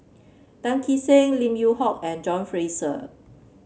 Tan Kee Sek Lim Yew Hock and John Fraser